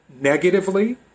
negatively